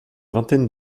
vingtaine